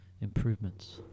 Improvements